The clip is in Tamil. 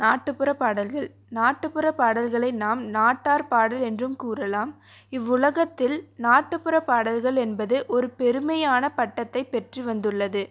நாட்டுப்புற பாடல்கள் நாட்டுப்புற பாடல்களை நாம் நாட்டார் பாடல் என்றும் கூறலாம் இவ்வுலகத்தில் நாட்டுப்புற பாடல்கள் என்பது ஒரு பெருமையான பட்டத்தை பெற்றுவந்துள்ளது